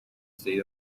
state